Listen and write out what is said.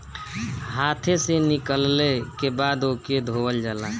हाथे से निकलले के बाद ओके धोवल जाला